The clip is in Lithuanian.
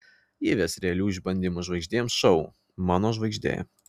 ji ves realių išbandymų žvaigždėms šou mano žvaigždė